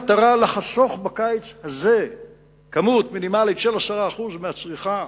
המטרה היא לחסוך בקיץ הזה כמות מינימלית של 10% מהצריכה